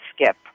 skip